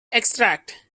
extract